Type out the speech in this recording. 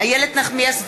איילת נחמיאס ורבין,